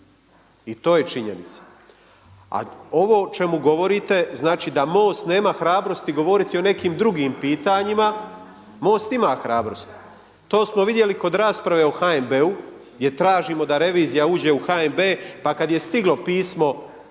I to je činjenica. A ovo o čemu govorite, znači da MOST nema hrabrosti govoriti o nekim drugim pitanjima, MOST ima hrabrosti. To smo vidjeli kod rasprave o HNB-u gdje tražimo da revizija uđe u HNB. Pa kad je stiglo pismo